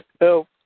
Help